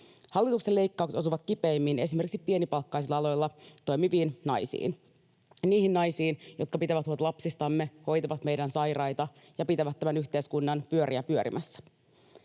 Hallituksen leikkaukset osuvat kipeimmin esimerkiksi pienipalkkaisilla aloilla toimiviin naisiin, niihin naisiin, jotka pitävät huolta lapsistamme, hoitavat meidän sairaita ja pitävät tämän yhteiskunnan pyöriä pyörimässä.